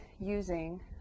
using